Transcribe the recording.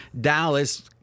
Dallas